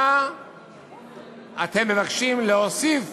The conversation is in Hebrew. מה אתם מבקשים להוסיף